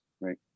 right